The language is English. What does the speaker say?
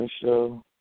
show